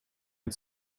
and